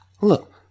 Look